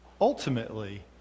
ultimately